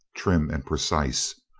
trim and precise,